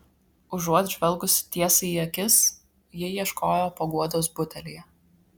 užuot žvelgusi tiesai į akis ji ieškojo paguodos butelyje